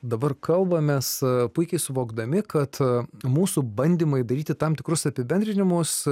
dabar kalbamės puikiai suvokdami kad mūsų bandymai daryti tam tikrus apibendrinimus